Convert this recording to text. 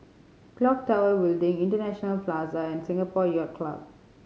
Clock Tower Building International Plaza and Singapore Yacht Club